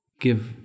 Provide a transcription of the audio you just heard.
give